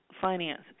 finance